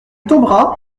tombera